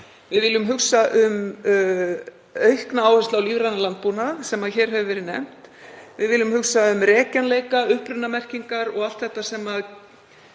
Við viljum hugsa um aukna áherslu á lífrænan landbúnað, sem hér hefur verið nefnt. Við viljum hugsa um rekjanleika, upprunamerkingar og allt þetta sem